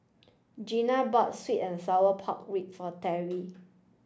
Gianna bought sweet and sour pork rib for Teri